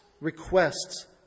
requests